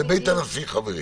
זה בית הנשיא, חברים.